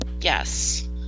yes